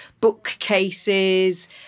bookcases